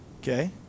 okay